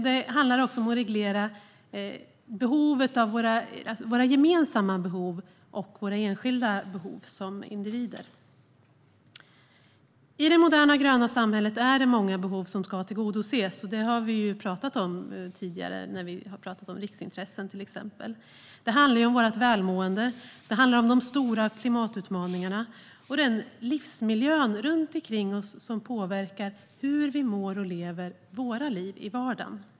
Det handlar också om att reglera våra gemensamma behov och våra enskilda behov som individer. I det moderna, gröna samhället är det många behov som ska tillgodoses. Det har vi pratat om tidigare när vi har pratat om till exempel riksintressen. Det handlar om vårt välmående, de stora klimatutmaningarna och den livsmiljö runt omkring oss som påverkar hur vi mår och lever våra liv i vardagen.